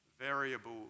variable